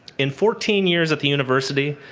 in fourteen years at the university,